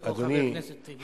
או חבר הכנסת טיבי.